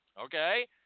okay